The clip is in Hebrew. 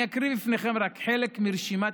אני אקריא בפניכם רק חלק מרשימת